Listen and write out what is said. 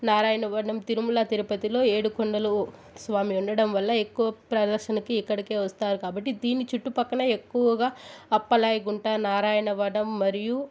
నారాయణ వనం తిరుమల తిరుపతిలో ఏడుకొండల స్వామి ఉండడం వల్ల ఎక్కువ ప్రదర్శనకి ఇక్కడికి వస్తారు కాబట్టి దీని చుట్టుపక్కల ఎక్కువగా అప్పలాయగుంట నారాయణ వనం మరియు